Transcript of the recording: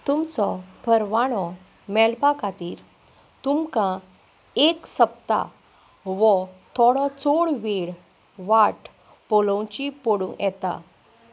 तुमचो परवानो मेळपा खातीर तुमकां एक सप्तक वो थोडो चड वेळ वाट पळोवची पडूं येता